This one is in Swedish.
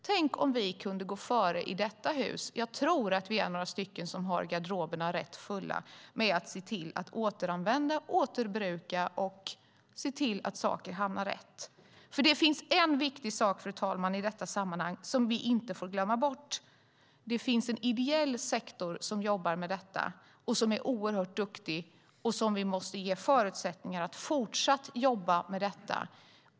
Tänk om vi kunde gå före i detta - jag tror att några av oss har garderoberna fulla - och se till att återanvända och återbruka så att saker hamnar rätt. Det finns en viktig sak i det sammanhanget som vi inte får glömma bort, nämligen att det finns en ideell sektor som jobbar med dessa frågor. De är oerhört duktiga, och vi måste ge dem förutsättningar att fortsatt kunna vara det.